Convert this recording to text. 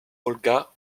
olga